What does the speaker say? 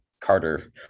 Carter